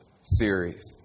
series